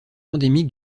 endémiques